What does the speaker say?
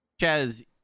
Chaz